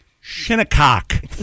Shinnecock